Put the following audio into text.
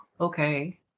okay